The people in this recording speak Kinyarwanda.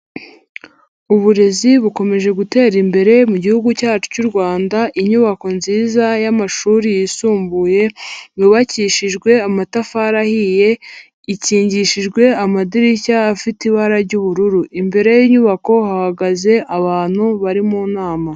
Uburezi bukomeje gutera imbere mu gihugu cyacu cy'u Rwanda, inyubako nziza y'amashuri yisumbuye yubakishijwe amatafari ahiye, ikingishijwe amadirishya afite ibara ry'ubururu, imbere y'inyubako hahagaze abantu bari mu nama.